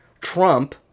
Trump